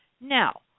Now